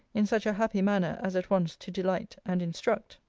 in such a happy manner as at once to delight and instruct.